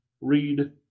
read